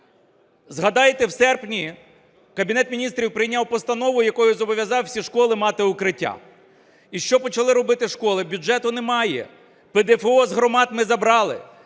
Згадайте, в серпні Кабінет Міністрів прийняв постанову, якою зобов'язав всі школи мати укриття. І що почали робити школи? Бюджету немає, ПДФО з громад ми забрали,